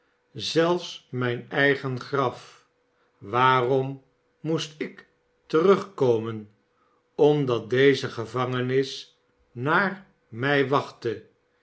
zelfs mijn eigen graf waarom moest ik terugkomen omdat deze gevangenis naar mij wachtte